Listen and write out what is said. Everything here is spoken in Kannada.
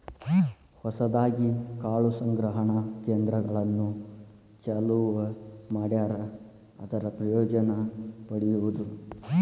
ಹೊಸದಾಗಿ ಕಾಳು ಸಂಗ್ರಹಣಾ ಕೇಂದ್ರಗಳನ್ನು ಚಲುವ ಮಾಡ್ಯಾರ ಅದರ ಪ್ರಯೋಜನಾ ಪಡಿಯುದು